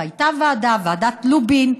הייתה ועדה, ועדת לובין,